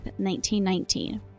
1919